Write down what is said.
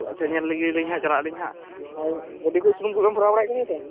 ᱟᱪᱪᱷᱟ ᱧᱮᱞ ᱞᱮᱜᱮ ᱞᱤᱧ ᱱᱟᱦᱟᱜ ᱪᱟᱞᱟᱜ ᱟᱞᱤᱧ ᱦᱟᱸᱜ ᱜᱟᱺᱰᱤ ᱠᱚ ᱥᱩᱱᱩᱢ ᱠᱚᱵᱮᱱ ᱵᱷᱚᱨᱟᱣ ᱫᱰᱟᱲᱟᱭᱟᱫ ᱜᱮᱭᱟ ᱛᱚ